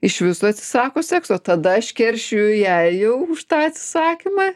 iš viso atsisako sekso tada aš keršiju jai jau už tą atsisakymą